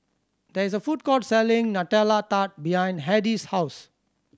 there is a food court selling Nutella Tart behind Hedy's house